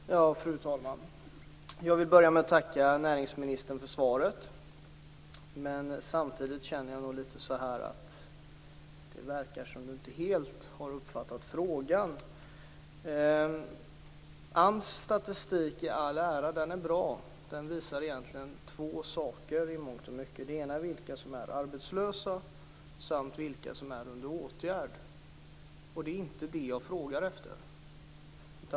Fru talman! Jag vill börja med att tacka näringsministern för svaret. Samtidigt känner jag nog att det verkar som att han inte helt har uppfattat frågan. AMS statistik i all ära - den är bra - men i mångt och mycket visar den egentligen två saker: vilka som är arbetslösa samt vilka som finns i åtgärd. Men det är inte detta som jag frågar efter.